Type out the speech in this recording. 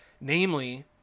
Namely